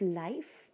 life